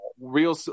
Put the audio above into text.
real